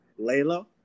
Layla